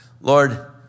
Lord